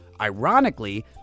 Ironically